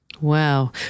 Wow